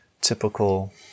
typical